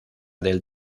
del